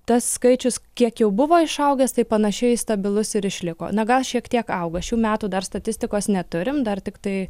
tas skaičius kiek jau buvo išaugęs tai panašiai stabilus ir išliko na gal šiek tiek auga šių metų dar statistikos neturim dar tiktai